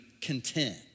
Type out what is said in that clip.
content